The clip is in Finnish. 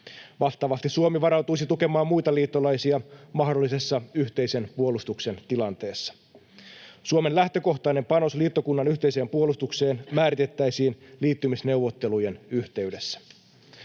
Vastaavasti Suomi varautuisi tukemaan muita liittolaisia mahdollisessa yhteisen puolustuksen tilanteessa. Suomen lähtökohtainen panos liittokunnan yhteiseen puolustukseen määritettäisiin liittymisneuvottelujen yhteydessä.